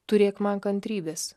turėk man kantrybės